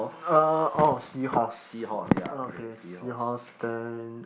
uh orh seahorse okay seahorse then